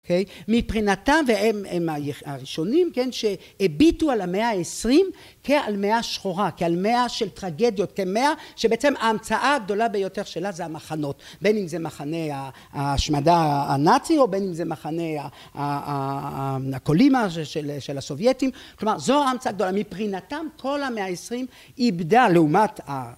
מבחינתם, והם הראשונים, כן, שהביטו על המאה העשרים כעל מאה שחורה, כעל מאה של טרגדיות, כמאה שבעצם ההמצאה הגדולה ביותר שלה זה המחנות. בין אם זה מחנה ההשמדה הנאצי או בין אם זה מחנה הנקולים הזה של הסובייטים. כלומר זו המצאה גדולה. מבחינתם כל המאה העשרים איבדה לעומת